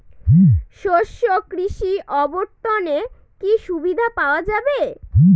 শস্য কৃষি অবর্তনে কি সুবিধা পাওয়া যাবে?